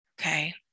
Okay